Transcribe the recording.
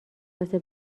واسه